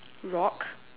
rock